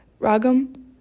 ragam